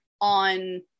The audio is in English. on